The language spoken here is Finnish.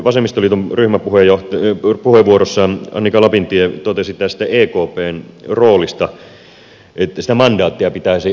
vasemmistoliiton ryhmäpuheenvuorossa annika lapintie totesi tästä ekpn roolista että sitä mandaattia pitäisi pohtia